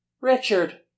Richard